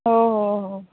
हो हो हो